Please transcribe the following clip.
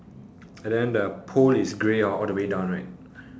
and then the pool is grey hor all the way down right